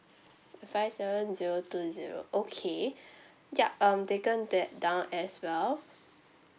five seven zero two zero okay yup um taken that down as well